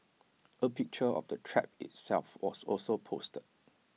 A picture of the trap itself was also posted